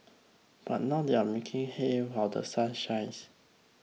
but now they are making hay while The Sun shines